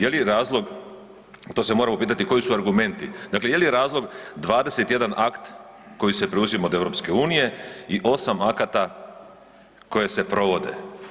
Je li razlog, to se moramo pitati koji su argumenti, dakle je li razlog 21 akt koji se preuzima od EU i 8 akata koje se provode?